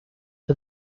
for